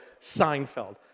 Seinfeld